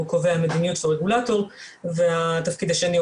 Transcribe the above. הוא קובע מדיניות של רגולטור והתפקיד השני,